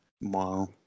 Wow